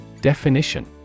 Definition